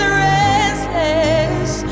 restless